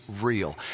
real